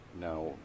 Now